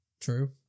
true